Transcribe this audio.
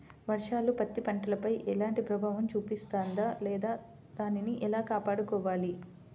వర్షాలు పత్తి పంటపై ఎలాంటి ప్రభావం చూపిస్తుంద లేదా దానిని ఎలా కాపాడుకోవాలి?